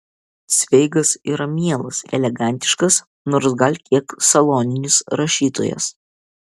cveigas yra mielas elegantiškas nors gal kiek saloninis rašytojas